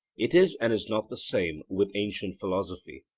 it is and is not the same with ancient philosophy.